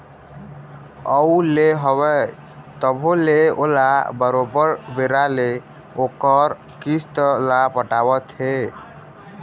अउ ले हवय तभो ले ओला बरोबर बेरा ले ओखर किस्त ल पटावत हे